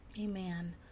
amen